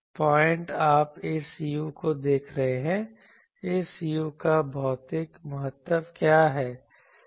point आप इस u को देख रहे हैं इस u का भौतिक महत्व क्या है